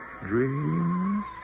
dreams